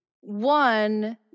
one